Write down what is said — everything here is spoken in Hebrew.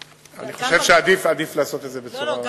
אני חושב שעדיף לעשות את זה בצורה, לא, לא.